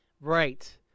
Right